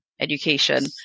education